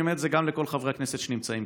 אני אומר את זה גם לכל חברי הכנסת שנמצאים